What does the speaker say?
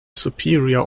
superior